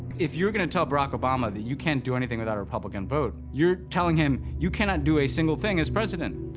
if you're going to tell barack obama that you can't do anything without a republican vote, you're telling him, you cannot do a single thing as president,